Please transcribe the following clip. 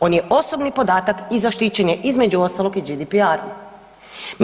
On je osobni podatak i zaštićen je između ostalog i GDPR-om.